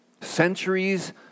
Centuries